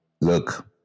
look